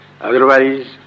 Otherwise